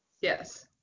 yes